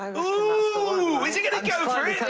um oh, is he going to go